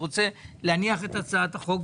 אני רוצה להניח את הצעת החוק,